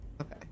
Okay